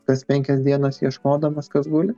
kas penkias dienas ieškodamas kas guli